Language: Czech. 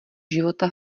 života